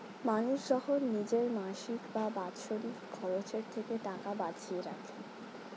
মানুষ যখন নিজের মাসিক বা বাৎসরিক খরচের থেকে টাকা বাঁচিয়ে রাখে